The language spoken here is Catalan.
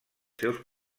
seus